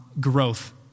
growth